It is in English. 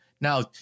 Now